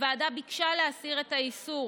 הוועדה ביקשה להסיר את האיסור